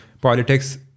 politics